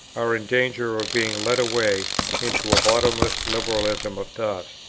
are in danger of being led away into a bottomless liberalism of thought.